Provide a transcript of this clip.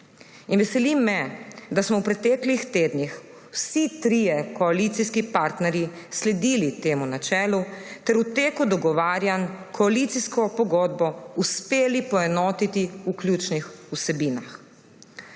Veseli me, da smo v preteklih tednih vsi trije koalicijski partnerji sledili temu načelu ter v teku dogovarjanj koalicijsko pogodbo uspeli poenoti v ključnih vsebinah.